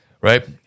right